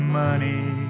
money